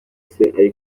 byagaragajwe